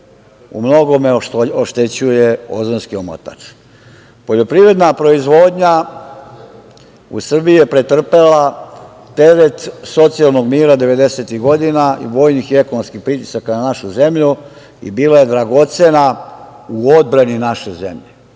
u mnogome oštećuje ozonski omotač. Poljoprivredna proizvodnja u Srbiji je pretrpela teret socijalnog mira devedesetih godina i vojnih i ekonomskih pritisaka na našu zemlju i bila je dragocena u odbrani naše zemlje.